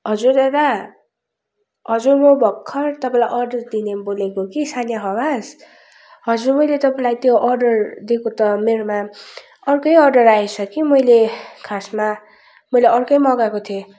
हजुर दादा हजुर म भर्खर तपाईँलाई अर्डर दिने बोलेको कि सान्या खवास हजुर मैले तपाईँलाई त्यो अर्डर दिएको त मेरोमा अर्कै अर्डर आएछ कि मैले खासमा मैले अर्कै मगाएको थिएँ